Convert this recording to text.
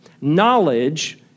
Knowledge